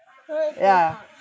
yeah